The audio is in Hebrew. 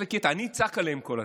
אני אצעק עליהם כל הזמן.